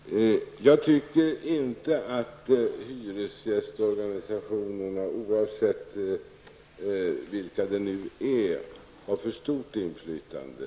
Herr talman! Jag tycker inte att hyresgästorganisationerna, oavsett vilka de är, har ett för stort inflytande.